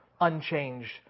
unchanged